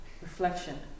Reflection